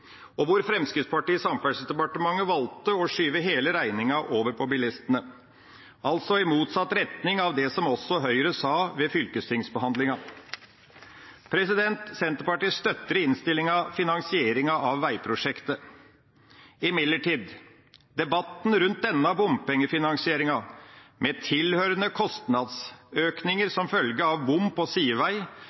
og Fremskrittspartiet i Samferdselsdepartementet har valgt å skyve hele regninga over på bilistene – altså i motsatt retning av det som også Høyre sa ved fylkestingsbehandlinga. Senterpartiet støtter i innstillinga finansieringa av veiprosjektet. Imidlertid: Debatten rundt denne bompengefinansieringa – med tilhørende kostnadsøkninger som følge av bom på sidevei